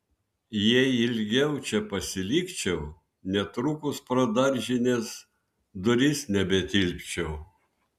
jei ilgiau čia pasilikčiau netrukus pro daržinės duris nebetilpčiau